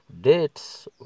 dates